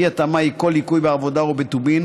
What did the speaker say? אי-התאמה היא כל ליקוי בעבודה או בטובין,